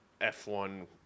F1